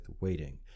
waiting